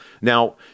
Now